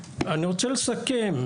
אני רוצה לסכם.